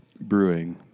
brewing